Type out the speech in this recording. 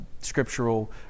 scriptural